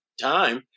time